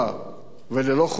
וללא חוכמה מדינית.